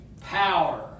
power